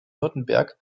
württemberg